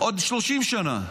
עוד 30 שנה,